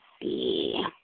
see